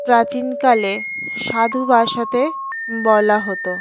প্রাচীনকালে সাধু ভাষাতে বলা হতো